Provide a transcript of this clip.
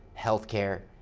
healthcare,